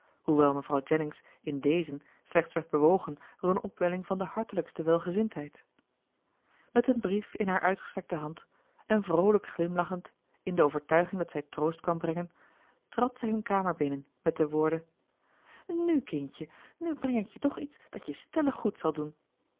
hoewel mevrouw jennings in dezen slechts werd bewogen door een opwelling van de hartelijkste welgezindheid met een brief in haar uitgestrekte hand en vroolijk glimlachend in de overtuiging dat zij troost kwam brengen trad zij hun kamer binnen met de woorden nu kindje nu breng ik je toch iets dat je stellig goed zal doen